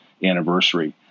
anniversary